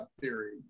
theory